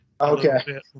Okay